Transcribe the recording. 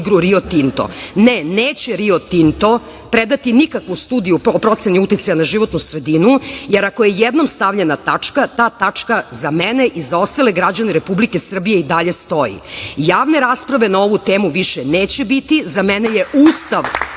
Ne, neće "Rio Tinto" predati nikakvu studiju o proceni uticaja na životnu sredinu, jer ako je jednom stavljena tačka, ta tačka za mene i za ostale građane Republike Srbije i dalje stoji. Javne rasprave ne ovu temu više neće biti. Za mene je ustav